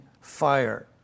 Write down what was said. fire